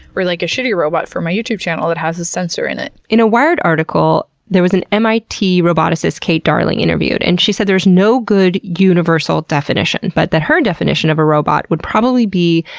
or like a shitty robot for my youtube channel, that has a sensor in it. in a wired article there was an mit roboticist, kate darling, interviewed. and she said there's no good universal definition, but that her definition of a robot would probably be,